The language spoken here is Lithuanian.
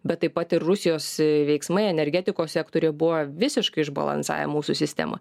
bet taip pat ir rusijos veiksmai energetikos sektoriuj buvo visiškai išbalansavę mūsų sistemą